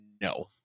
no